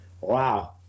Wow